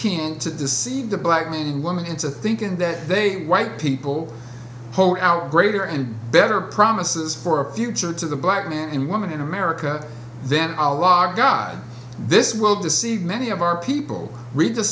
can to deceive the black man woman into thinking that they white people hold out greater and better promises for a future to the black man and woman in america then a law god this world to see many of our people read the